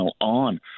on